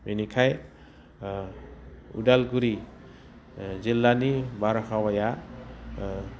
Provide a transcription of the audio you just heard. बेनिखायनो उदालगुरि जिल्लानि बारहावाया